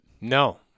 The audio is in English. No